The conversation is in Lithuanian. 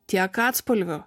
tiek atspalvių